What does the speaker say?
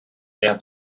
sehr